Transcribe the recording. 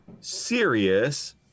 serious